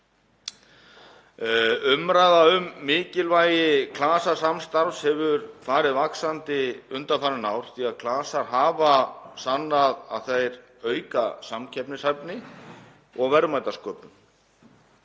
Umræða um mikilvægi klasasamstarfs hefur farið vaxandi undanfarin ár því að klasar hafa sannað að þeir auka samkeppnishæfni og verðmætasköpun.